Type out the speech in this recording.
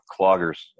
cloggers